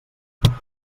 filla